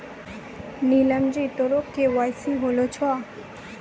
नीलम जी तोरो के.वाई.सी होलो छौं?